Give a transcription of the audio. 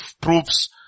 proofs